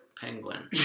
Penguin